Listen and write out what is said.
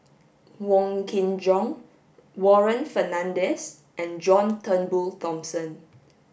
Wong Kin Jong Warren Fernandez and John Turnbull Thomson